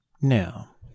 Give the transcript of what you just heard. now